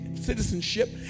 citizenship